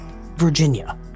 Virginia